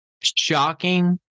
shocking